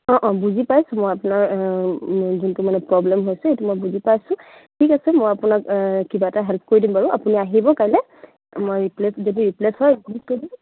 অঁ অঁ বুজি পাইছোঁ মই আপোনাৰ যোনটো মানে প্ৰ'ব্লেম হৈছে সেইটো মই বুজি পাইছোঁ ঠিক আছে মই আপোনাক কিবা এটা হেল্প কৰি দিম বাৰু আপুনি আহিব কাইলৈ মই ৰিপ্লেচ যদি ৰিপ্লেচ হয় ৰিপ্লেচ কৰি দিম